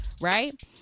right